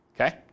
Okay